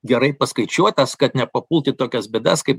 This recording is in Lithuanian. gerai paskaičiuotas kad nepapult į tokias bėdas kaip